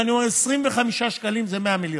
אני אומר: 25 שקלים זה 100 מיליון,